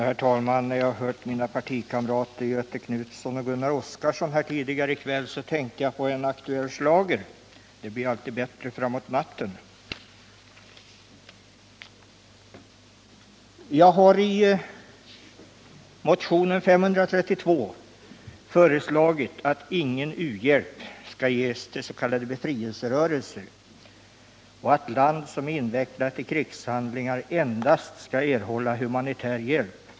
Herr talman! När jag nu hörde mina partikamrater Göthe Knutson och Gunnar Oskarson kom jag att tänka på en aktuell schlager. Man skulle med en lätt travestering kunna säga: ”Det blir alltid bättre fram mot natten”. Jag har i motionen 532 föreslagit att ingen u-hjälp skall ges till s.k. befrielserörelser och att land som är invecklat i krigshandlingar skall erhålla endast humanitär hjälp.